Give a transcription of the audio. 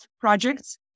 projects